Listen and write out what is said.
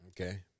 Okay